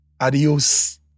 Adios